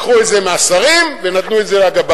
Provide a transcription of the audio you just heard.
לקחו את זה מהשרים ונתנו את זה לגבאי,